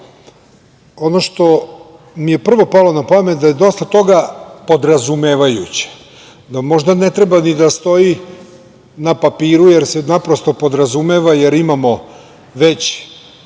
ono što mi je prvo palo na pamet je da je dosta toga podrazumevajuće, da možda ne treba ni da stoji na papiru, jer se naprosto podrazumeva, jer imamo već